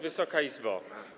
Wysoka Izbo!